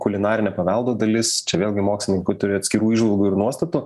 kulinarinė paveldo dalis čia vėlgi mokslininkai turi atskirų įžvalgų ir nuostatų